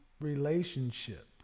relationship